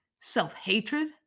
self-hatred